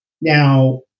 Now